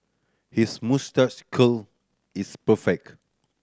his moustache curl is perfect